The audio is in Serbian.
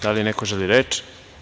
Da li neko želi reč?